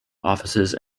offices